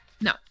No